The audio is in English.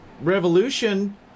revolution